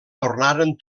tornaren